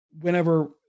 whenever